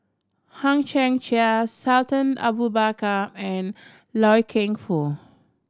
Hang Chang Chieh Sultan Abu Bakar and Loy Keng Foo